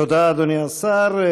תודה, אדוני השר.